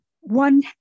one